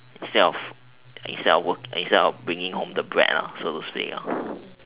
self instead of working bringing home the bread lah so as to say lah